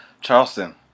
Charleston